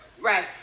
Right